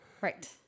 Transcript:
Right